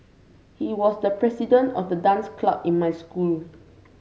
he was the president of the dance club in my school